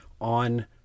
on